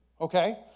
okay